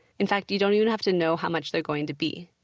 in fact, you don't even have to know how much they're going to be.